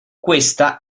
questa